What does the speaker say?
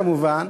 כמובן,